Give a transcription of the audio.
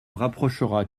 rapprochera